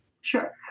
Sure